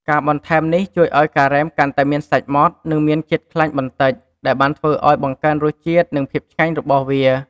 ការបន្ថែមនេះជួយឱ្យការ៉េមកាន់តែមានសាច់ម៉ដ្ឋ និងមានជាតិខ្លាញ់បន្តិច ដែលបានធ្វើអោយបង្កើនរសជាតិ និងភាពឆ្ងាញ់របស់វា។